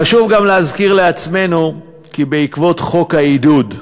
חשוב גם להזכיר לעצמנו כי בעקבות חוק העידוד,